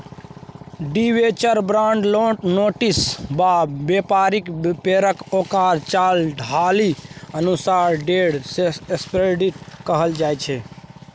debenture, bond, notes आ बेपारिक पेपरकेँ ओकर चाल ढालि अनुसार डेट सिक्युरिटी कहल जाइ छै